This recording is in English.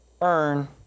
earn